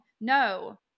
No